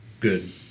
Good